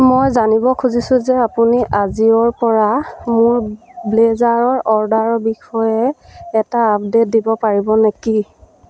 মই জানিব খুজিছো যে আপুনি আজিঅ'ৰ পৰা মোৰ ব্লেজাৰৰ অৰ্ডাৰৰ বিষয়ে এটা আপডে'ট দিব পাৰিব নেকি